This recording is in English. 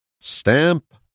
Stamp